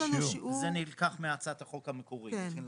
זה נלקח מהצעת החוק המקורית.